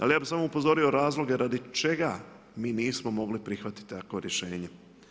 Ali ja bih samo upozorio razloge radi čega mi nismo mogli prihvatiti takvo rješenje.